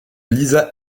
lisa